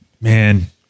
Man